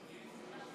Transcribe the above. נתקבלה.